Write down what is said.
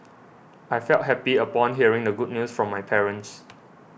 I felt happy upon hearing the good news from my parents